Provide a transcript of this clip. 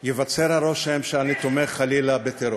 שייווצר הרושם שאני תומך חלילה בטרור.